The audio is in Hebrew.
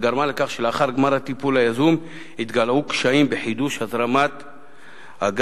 וגרמה לכך שלאחר גמר הטיפול היזום התגלו קשיים בחידוש הזרמת הגז.